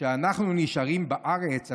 ש"אנחנו נשארים בארץ,